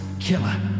killer